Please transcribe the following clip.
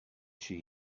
she